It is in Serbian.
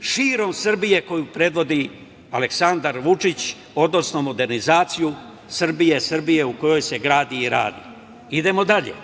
širom Srbije, koju predvodi Aleksandar Vučić, odnosno modernizaciju Srbije, Srbije u kojoj se gradi i radi. Idemo dalje.